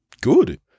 good